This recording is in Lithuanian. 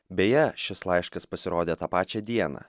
beje šis laiškas pasirodė tą pačią dieną